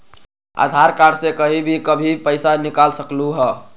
आधार card से कहीं भी कभी पईसा निकाल सकलहु ह?